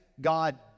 God